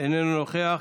אינו נוכח.